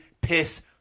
piss